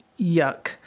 yuck